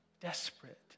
desperate